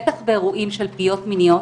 בטח באירועים של פגיעות מיניות,